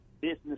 business